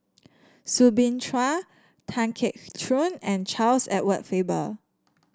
Soo Bin Chua Tan Keong Choon and Charles Edward Faber